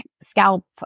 scalp